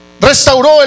restauró